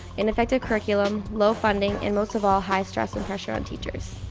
ineffective curriculum, low funding, and most of all, high stress and pressure on teachers?